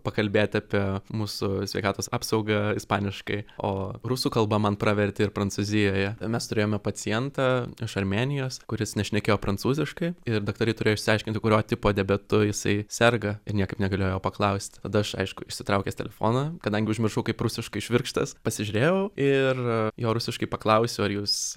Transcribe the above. pakalbėt apie musų sveikatos apsaugą ispaniškai o rusų kalba man pravertė ir prancūzijoje mes turėjome pacientą iš armėnijos kuris nešnekėjo prancūziškai ir daktarai turėjo išsiaiškinti kurio tipo diabetu jisai serga ir niekaip negalėjo jo paklaust tada aš aišku išsitraukęs telefoną kadangi užmiršau kaip rusiškai švirkštas pasižiūrėjau ir jo rusiškai paklausiau ar jūs